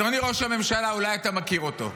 אדוני ראש הממשלה, אולי אתה מכיר אותו.